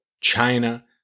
China